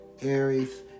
Aries